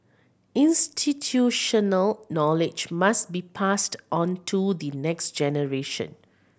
institutional knowledge must be passed on to the next generation